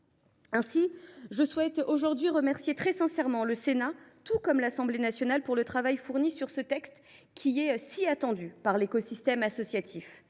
je souhaite remercier très sincèrement le Sénat comme l’Assemblée nationale pour le travail fourni sur ce texte si attendu par l’écosystème associatif.